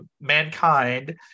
mankind